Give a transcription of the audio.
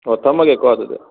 ꯍꯣ ꯊꯝꯃꯒꯦꯀꯣ ꯑꯗꯨꯗꯤ